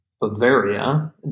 Bavaria